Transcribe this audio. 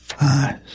eyes